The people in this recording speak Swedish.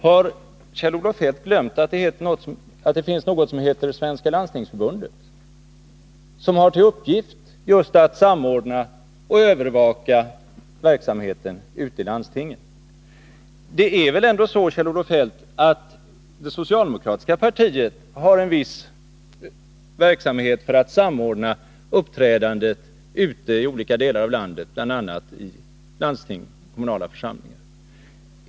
Har Kjell-Olof Feldt glömt att det finns något som heter Svenska landstingsförbundet, som har till uppgift just att samordna och övervaka verksamheten i landstingen? Det är väl ändå så, Kjell-Olof Feldt, att det socialdemokratiska partiet bedriver en viss verksamhet för att samordna uppträdandet i olika delar av landet, bl.a. i landstingsoch kommunala församlingar?